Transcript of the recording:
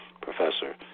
professor